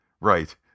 right